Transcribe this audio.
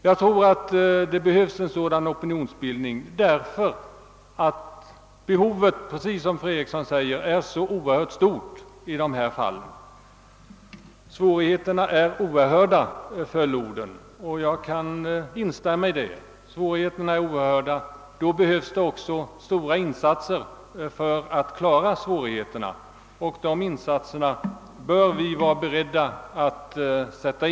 Jag tror att en sådan opinionsbildning är nödvändig, eftersom behovet — precis som fru Eriksson sade — är så oerhört stort. »Svårigheterna är oerhörda», föll fru Erikssons ord. Jag kan instämma i det: svårigheterna är oerhörda. Då behövs det också stora insatser för att klara svårigheterna, och de insatserna bör vi vara beredda att göra.